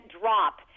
drop